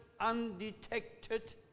undetected